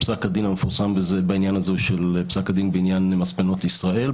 פסק הדין המפורסם בעניין הזה הוא פסק הדין בעניין מספנות ישראל,